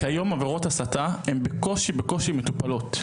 כיום עבירות הסתה הן בקושי מטופלות.